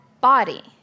Body